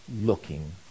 looking